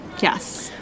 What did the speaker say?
Yes